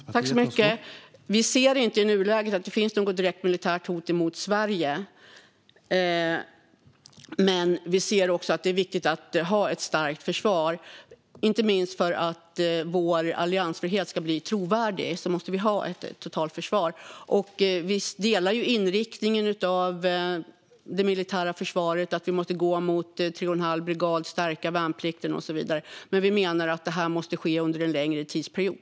Herr ålderspresident! Vi ser inte i nuläget att det finns något direkt militärt hot mot Sverige. Men vi ser också att det är viktigt att ha ett starkt försvar. Inte minst för att vår alliansfrihet ska bli trovärdig måste vi ha ett totalförsvar. Vi delar inriktningen när det gäller det militära försvaret: Vi måste gå mot tre och en halv brigad, stärka värnplikten och så vidare. Men vi menar att detta måste ske under en längre tidsperiod.